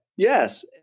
Yes